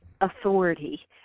authority